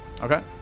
okay